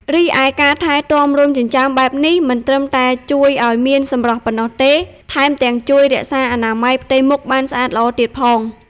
រីឯ ការថែទាំរោមចិញ្ចើមបែបនេះ មិនត្រឹមតែជួយឲ្យមានសម្រស់ប៉ុណ្ណោះទេ ថែមទាំងជួយរក្សាអនាម័យផ្ទៃមុខបានស្អាតល្អទៀតផង។